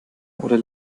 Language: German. oder